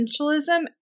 essentialism